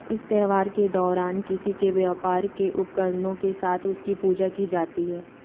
इस त्योहार के दौरान किसी के व्यापार के उपकरणों के साथ उसकी पूजा की जाती है